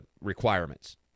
requirements